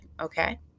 okay